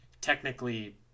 technically